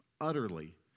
Utterly